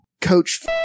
Coach